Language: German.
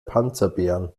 panzerbeeren